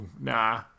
nah